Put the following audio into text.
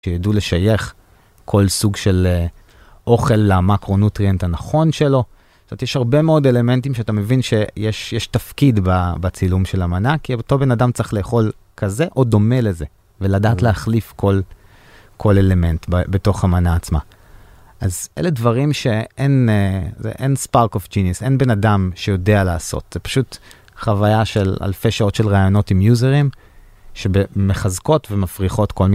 שיידעו לשייך כל סוג של אוכל למקרונוטריאנט הנכון שלו. זאת אומרת, יש הרבה מאוד אלמנטים שאתה מבין שיש תפקיד בצילום של המנה, כי אותו בן אדם צריך לאכול כזה או דומה לזה, ולדעת להחליף כל אלמנט בתוך המנה עצמה. אז אלה דברים שאין ספרק אוף ג'יניוס, אין בן אדם שיודע לעשות. זה פשוט חוויה של אלפי שעות של רעיונות עם יוזרים, שמחזקות ומפריחות כל מיני...